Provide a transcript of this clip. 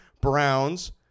Browns